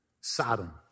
Sodom